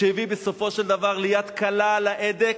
שהביא בסופו של דבר ליד קלה על ההדק,